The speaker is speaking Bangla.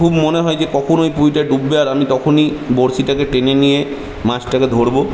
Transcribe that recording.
খুব মনে হয় যে কখন ওই পুঁইটা ডুববে আর আমি তখনই বঁড়শিটাকে টেনে নিয়ে মাছটাকে ধরবো